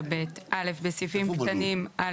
אז